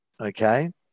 okay